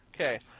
Okay